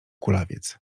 kulawiec